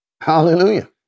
Hallelujah